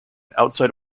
outside